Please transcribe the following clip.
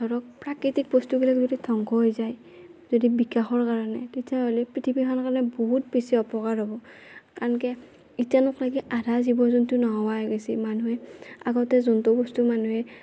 ধৰক প্ৰাকৃতিক বস্তুবিলাক যদি ধ্বংস হৈ যায় যদি বিকাশৰ কাৰণে তেতিয়া হ'লি পৃথিৱীখানৰ কাৰণে বহুত বেছি অপকাৰ হ'ব কাৰণ কিয়া ইতেনক লাগি আধা জীৱ জন্তু নোহোৱা হৈ গেইছি মানুহে আগতে যোনটো বস্তু মানুহে